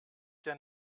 sehr